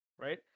right